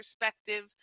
perspective